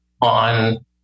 on